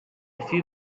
few